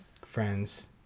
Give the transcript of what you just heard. friends